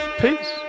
Peace